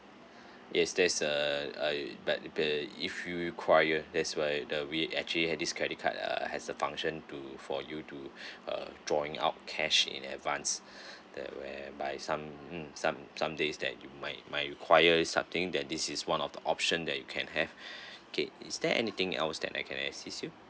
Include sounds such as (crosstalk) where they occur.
yes there is a uh but but if you require that's why the we actually had this credit card err has a function to for you to (breath) uh drawing out cash in advance (breath) that where by some mm some some days that you might might require you something that this is one of the option that you can have (breath) okay is there anything else that I can assist you